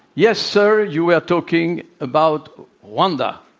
yes, sir, you were talking about rwanda,